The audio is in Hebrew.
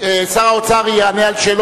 אני רוצה לשאול